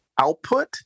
output